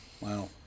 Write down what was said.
Wow